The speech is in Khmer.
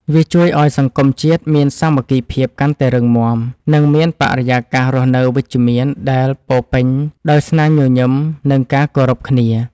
វាជួយឱ្យសង្គមជាតិមានសាមគ្គីភាពកាន់តែរឹងមាំ និងមានបរិយាកាសរស់នៅវិជ្ជមានដែលពោរពេញដោយស្នាមញញឹម និងការគោរពគ្នា។